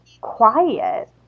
quiet